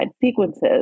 sequences